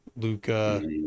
Luca